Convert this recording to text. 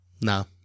No